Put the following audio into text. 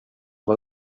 var